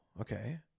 okay